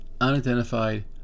Unidentified